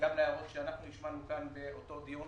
גם להערות שאנחנו השמענו כאן באותו דיון